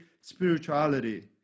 spirituality